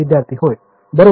विद्यार्थी होय बरोबर